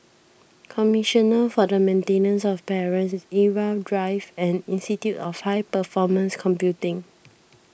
commissioner for the Maintenance of Parents Irau Drive and Institute of High Performance Computing